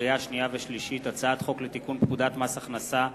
לקריאה שנייה ולקריאה שלישית: הצעת חוק לתיקון פקודת מס הכנסה (מס'